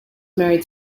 married